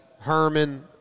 Herman